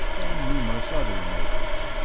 and numerous other emotions.